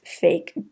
fake